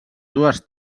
dues